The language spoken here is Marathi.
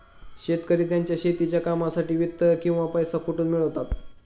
शेतकरी त्यांच्या शेतीच्या कामांसाठी वित्त किंवा पैसा कुठून मिळवतात?